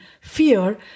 fear